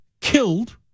killed